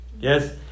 Yes